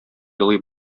елый